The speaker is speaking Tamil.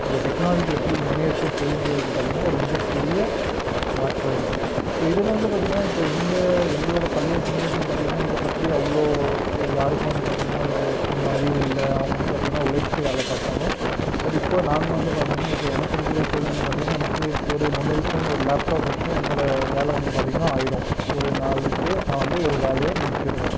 இந்த டெக்னாலஜி எப்படி முன்னேறிகிட்டு போய்ட்டு வருது பார்த்தீங்கனா ஒரு மிகப்பெரிய மாற்றம் ஸோ இதில் வந்து பார்த்தீங்கன்னா இப்போ எங்கள் எங்களோடய பழைய ஜென்ரேஷன் பார்த்தீங்கன்னா இதை பற்றி அவ்வளோ யாருக்கும் வந்து பார்த்தீங்கன்னா அந்த அறிவு இல்லை அவங்க வந்து பார்த்தீங்கன்னா உழைச்சு வேலை பார்த்தாங்க பட் இப்போ நாங்கள் வந்து பார்த்தீங்கன்னா இப்போ எனக்கு இருக்கிற சூழ்நிலை பார்த்தீங்கன்னா எனக்கு ஒரு மொபைல் ஃபோன் ஒரு லேப்டாப் இருந்துச்சுன்னால் என்னோடய வேலை வந்து பார்த்தீங்கன்னா ஆகிடும் ஒரு நாளுக்கு நான் வந்து ஒரு வேலையை முடிச்சிடுவேன்